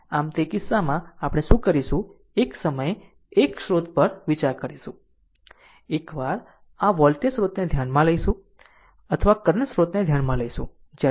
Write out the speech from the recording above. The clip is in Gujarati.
આમ તે કિસ્સામાં આપણે શું કરીશું એક સમયે એક સ્રોત પર વિચાર કરીશું એકવાર આ વોલ્ટેજ સ્ત્રોતને ધ્યાનમાં લઈશું અથવા કરંટ સ્રોતને ધ્યાનમાં લઈશું